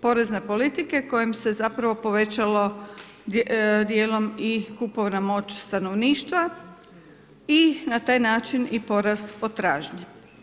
porezne politike kojom se zapravo povećalo dijelom i kupovna moć stanovništva i na taj način i porast potražnje.